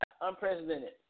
unprecedented